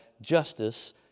justice